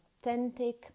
authentic